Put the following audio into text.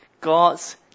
God's